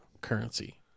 Currency